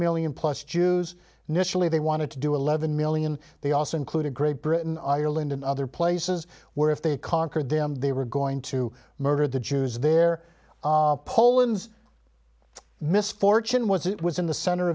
million plus jews nischelle if they wanted to do eleven million they also include a great britain ireland and other places where if they conquered them they were going to murder the jews there poland's misfortune was it was in the cent